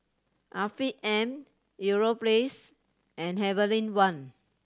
Afiq M Europace and Heavenly Wang